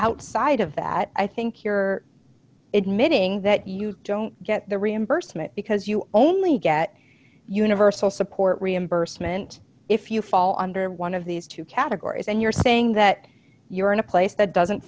outside of that i think you're admitting that you don't get the reimbursement because you only get universal support reimbursement if you fall under one of these two categories and you're saying that you're in a place that doesn't